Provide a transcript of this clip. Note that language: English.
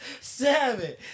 seven